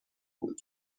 بود